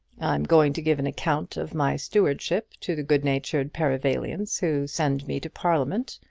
i'm going to give an account of my stewardship to the good-natured perivalians who send me to parliament.